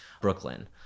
Brooklyn